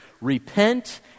Repent